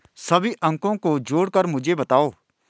सभी अंकों को जोड़कर मुझे बताओ